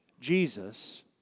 Jesus